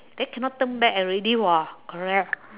then cannot turn back already [what] correct